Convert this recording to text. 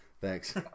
thanks